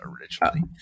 originally